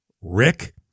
Rick